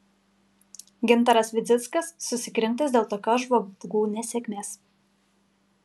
gintaras vidzickas susikrimtęs dėl tokios žvalgų nesėkmės